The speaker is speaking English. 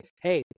Hey